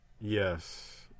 yes